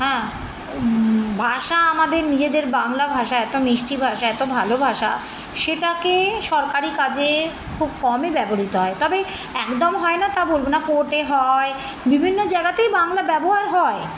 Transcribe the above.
হ্যাঁ ভাষা আমাদের নিজেদের বাংলা ভাষা এত মিষ্টি ভাষা এত ভালো ভাষা সেটাকে সরকারি কাজে খুব কমই ব্যবহৃত হয় তবে একদম হয় না তা বলবো না কোর্টে হয় বিভিন্ন জায়গাতেই বাংলা ব্যবহার হয়